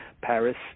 Paris